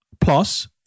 Plus